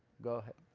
go ahead.